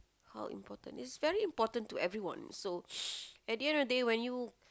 how important it's very important to everyone so at the end of the day when you